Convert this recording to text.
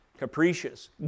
capricious